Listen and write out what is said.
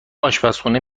آشپزخونه